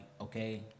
okay